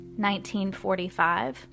1945